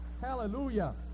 Hallelujah